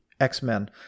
X-Men